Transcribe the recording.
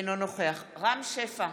אינו נוכח רם שפע,